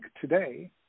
today